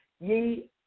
ye